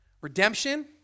Redemption